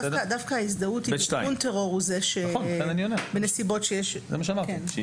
דווקא ההזדהות עם ארגון טרור הוא זה שבנסיבות שיש --- זה מה שאמרתי,